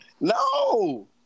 No